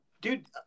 Dude